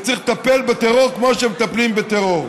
וצריך לטפל בטרור כמו שמטפלים בטרור.